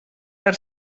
per